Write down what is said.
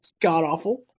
god-awful